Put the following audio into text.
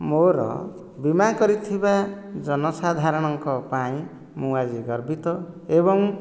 ମୋର ବୀମା କରିଥିବା ଜନସାଧାରଣଙ୍କ ପାଇଁ ମୁଁ ଆଜି ଗର୍ବିତ ଏବଂ